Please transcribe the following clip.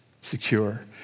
secure